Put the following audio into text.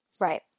Right